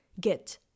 get